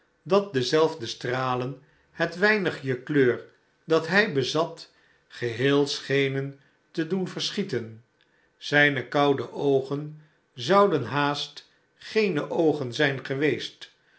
dat dezelfde stralen het weinigje kleur dat hij bezat geheel schenen te doen verschieten zijne koude oogen zouden haast geene oogen zijn geweest